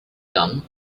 gun